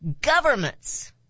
governments